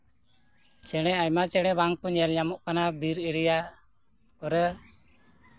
ᱪᱮᱬᱮ ᱟᱭᱢᱟ ᱪᱮᱬᱮ ᱵᱟᱝᱠᱚ ᱧᱮᱞᱼᱧᱟᱢᱚᱜ ᱠᱟᱱᱟ ᱵᱤᱨ ᱮᱨᱤᱭᱟ ᱠᱚᱨᱮ